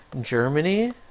Germany